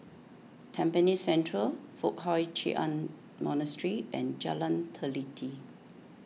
Tampines Central Foo Hai Ch'an Monastery and Jalan Teliti